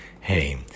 hey